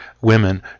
women